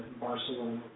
Barcelona